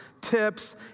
tips